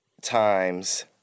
times